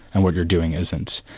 and what you're doing isn't.